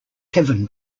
kevin